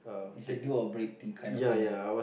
it's a do or break thing I don't think ah